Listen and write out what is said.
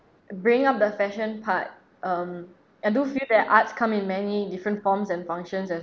bringing up the fashion part um I do feel that arts come in many different forms and functions as